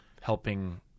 helping